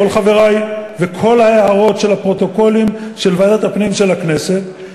כל חברי וכל ההערות של הפרוטוקולים של ועדת הפנים של הכנסת,